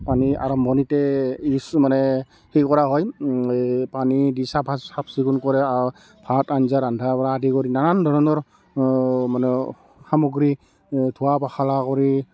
পানী আৰম্ভণিতে ইউজ মানে হেৰি কৰা হয় এই পানী দি চাফা চাফ চিকুণ কৰে ভাত আঞ্জা ৰন্ধাৰ পৰা আদি কৰি নানান ধৰণৰ মানে সামগ্ৰী ধোৱা পখালা কৰি